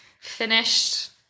Finished